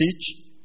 teach